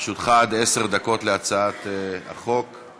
לרשותך עד עשר דקות להציג את הצעת החוק.